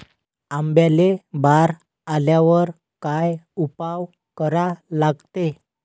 आंब्याले बार आल्यावर काय उपाव करा लागते?